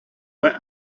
were